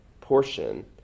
portion